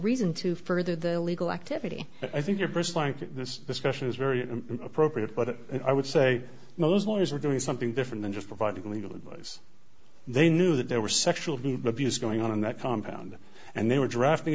reason to further the illegal activity i think your st line to this discussion is very appropriate but i would say no as long as we're doing something different than just providing legal advice they knew that there was sexual abuse going on in that compound and they were drafting